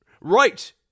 Right